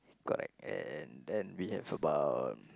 correct and then we have about